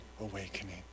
awakening